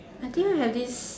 I think I had this